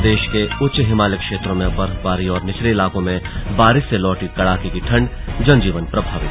प्रदेश के उच्च हिमालयी क्षेत्रों में बर्फबारी और निचले इलाकों में बारिश से लौटी कड़ाके की ठंडजनजीवन प्रभावित